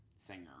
singer